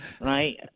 Right